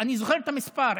אני זוכר את המספר,